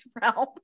realm